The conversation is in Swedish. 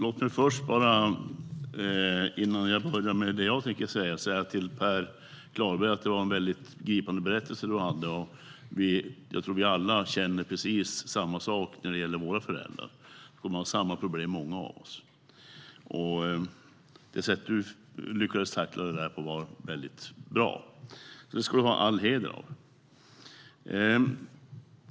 Herr talman! Jag vill börja med att säga till Per Klarberg att det var en mycket givande berättelse som han hade. Jag tror att vi alla känner precis samma sak när det gäller våra föräldrar. Många av oss har samma problem. Det sätt på vilket du lyckades tackla detta, Per Klarberg, var mycket bra. Det ska du ha all heder av.